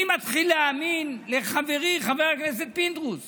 אני מתחיל להאמין לחברי חבר הכנסת פינדרוס